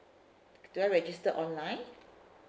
do I register online